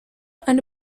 eine